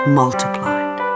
multiplied